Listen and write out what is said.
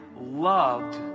loved